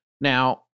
Now